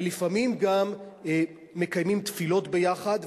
ולפעמים גם מקיימים תפילות ביחד.